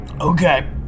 Okay